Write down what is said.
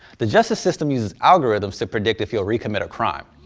the justice system uses algorithms to predict if you'll recommit a crime.